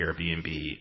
Airbnb